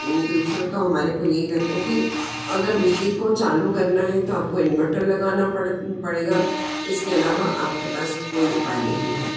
दूसरा तो हमारे को यही रहता है कि अगर बिजली को चालू करना है तो आप को इनवर्टर लगाना पड़ पड़ेगा इसके अलावा आप के पास कोई उपाय नहीं है